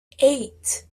eight